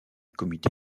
comité